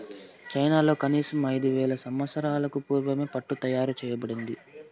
చైనాలో కనీసం ఐదు వేల సంవత్సరాలకు పూర్వమే పట్టు తయారు చేయబడింది